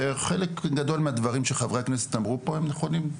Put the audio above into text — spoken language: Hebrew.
וחלק גדול מהדברים שחברי הכנסת אמרו פה הם נכונים.